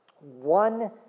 one